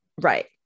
Right